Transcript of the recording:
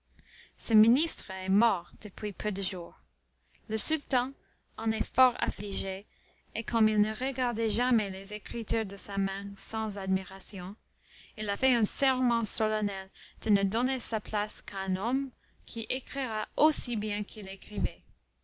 ce ministre est mort depuis peu de jours le sultan en est fort affligé et comme il ne regardait jamais les écritures de sa main sans admiration il a fait un serment solennel de ne donner sa place qu'à un homme qui écrira aussi bien qu'il écrivait